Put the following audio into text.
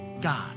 God